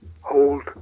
Hold